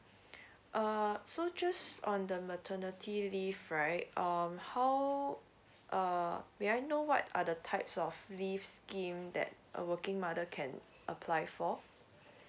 uh so just on the maternity leave right um how uh may I know what are the types of leave scheme that a working mother can apply for